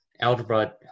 Algebra